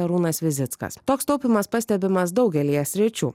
arūnas vizickas toks taupymas pastebimas daugelyje sričių